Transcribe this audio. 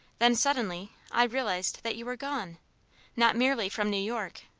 then, suddenly, i realized that you were gone not merely from new york,